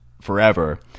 forever